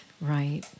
right